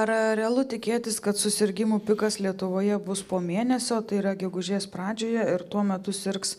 ar realu tikėtis kad susirgimų pikas lietuvoje bus po mėnesio tai yra gegužės pradžioje ir tuo metu sirgs